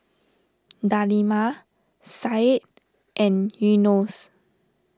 Delima Said and Yunos